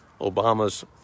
Obama's